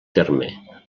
terme